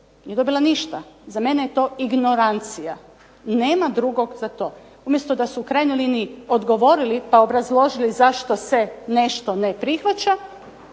nije dobila ništa. Za mene je to ignorancija. Nema drugog za to. Umjesto da su u krajnjoj liniji odgovorili pa obrazložili zašto se nešto ne prihvaća